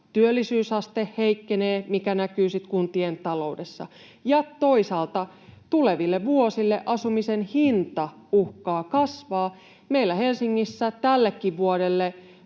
työllisyysaste heikkenee, mikä näkyy sitten kuntien taloudessa, ja toisaalta tuleville vuosille asumisen hinta uhkaa kasvaa. Meillä Helsingissä on ennustettu,